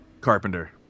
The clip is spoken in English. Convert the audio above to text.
Carpenter